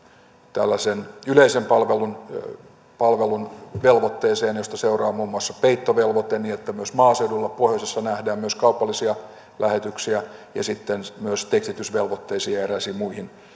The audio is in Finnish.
tällaiseen yleisen palvelun palvelun velvoitteeseen josta seuraa muun muassa peittovelvoite niin että myös maaseudulla pohjoisessa nähdään kaupallisia lähetyksiä ja sitten myös tekstitysvelvoitteisiin ja eräisiin muihin